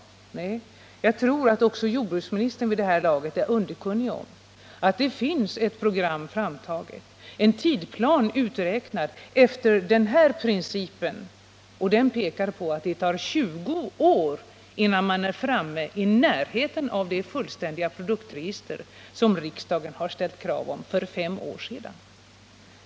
Nej, jag tror att också jordbruksministern vid det här laget är underkunnig om att det finns ett program framtaget, en tidplan uträknad efter den här principen, och den pekar på att det tar 20 år innan man är i närheten av det fullständiga produktregister som riksdagen har ställt krav på för fem år sedan.